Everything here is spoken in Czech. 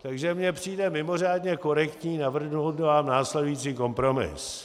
Takže mě přijde mimořádně korektní navrhnout vám následující kompromis.